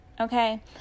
Okay